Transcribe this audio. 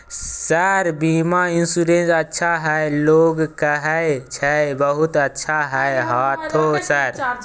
Sir बीमा insurance अच्छा है लोग कहै छै बहुत अच्छा है हाँथो सर?